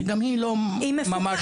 שגם היא לא ממש מפוקחת.